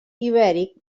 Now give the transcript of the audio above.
ibèric